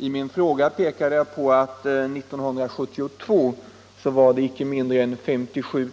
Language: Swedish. I min fråga pekade jag på att 1972 var det inte mindre än 57